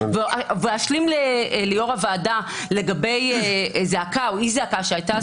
ואשלים ליו"ר הוועדה לגבי זעקה או אי זעקה שהייתה.